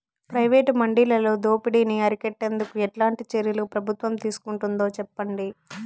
Private మండీలలో దోపిడీ ని అరికట్టేందుకు ఎట్లాంటి చర్యలు ప్రభుత్వం తీసుకుంటుందో చెప్పండి?